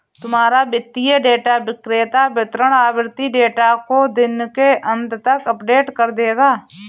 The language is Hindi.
तुम्हारा वित्तीय डेटा विक्रेता वितरण आवृति डेटा को दिन के अंत तक अपडेट कर देगा